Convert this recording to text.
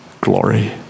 glory